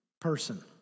person